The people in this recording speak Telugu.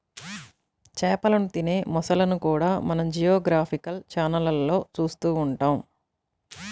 చేపలను తినే మొసళ్ళను కూడా మనం జియోగ్రాఫికల్ ఛానళ్లలో చూస్తూ ఉంటాం